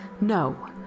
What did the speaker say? No